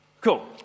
Cool